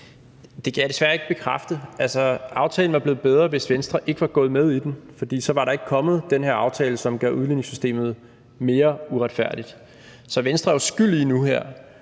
Det kan jeg desværre ikke bekræfte. Altså, aftalen var blevet bedre, hvis Venstre ikke var gået med i den, for så var der ikke kommet den her aftale, som gør udligningssystemet mere uretfærdigt. Så ved at have blåstemplet den her